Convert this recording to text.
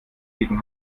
gegen